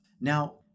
Now